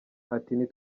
ati